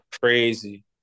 Crazy